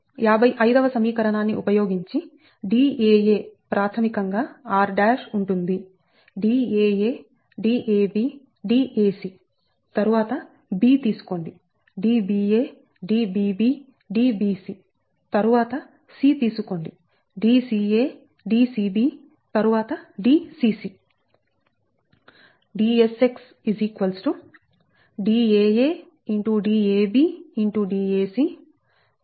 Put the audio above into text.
55 వ సమీకరణాన్ని ఉపయోగించి Daa ప్రాథమికంగా r ఉంటుంది Daa Dab Dac తరువాత b తీసుకోండి Dba DbbDbc తరువాత c తీసుకోండి DcaDcb తరువాత Dcc